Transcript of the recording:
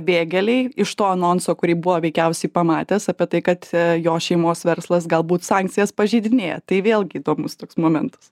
vėgėlei iš to anonso kurį buvo veikiausiai pamatęs apie tai kad jo šeimos verslas galbūt sankcijas pažeidinėja tai vėlgi įdomus toks momentas